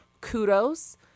kudos